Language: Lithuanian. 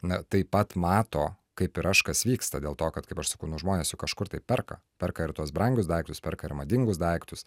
na taip pat mato kaip ir aš kas vyksta dėl to kad kaip aš sakau žmonės juk kažkur tai perka perka ir tuos brangius daiktus perka ir madingus daiktus